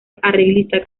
arreglista